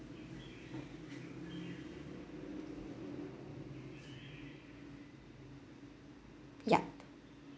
yup